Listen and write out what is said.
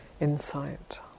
insight